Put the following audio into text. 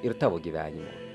ir tavo gyvenimo